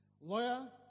Lawyer